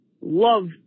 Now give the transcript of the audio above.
Love